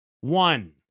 One